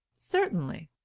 certainly.